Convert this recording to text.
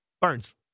Burns